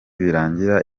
birangira